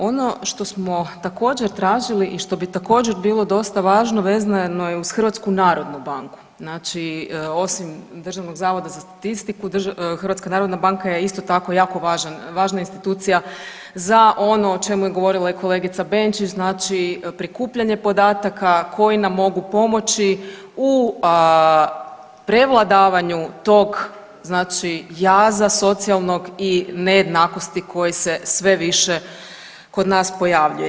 Ono što smo također tražili i što bi također bilo dosta važno vezano je uz HNB, znači osim Državnog zavoda za statistiku HNB je isto tako jako važan, važna institucija za ono o čemu je govorila i kolegica Benčić, znači prikupljanje podataka koji nam mogu pomoći u prevladavanju tog znači jaza socijalnog i nejednakosti koji se sve više kod nas pojavljuje.